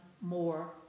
more